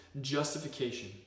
justification